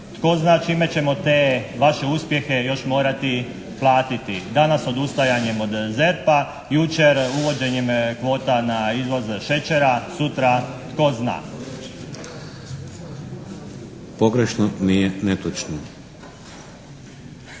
tko zna čime ćemo te vaše uspjehe još morati platiti. Danas odustajanjem od ZERP-a, jučer uvođenjem kvota na izvoz šećera, sutra tko zna. **Šeks, Vladimir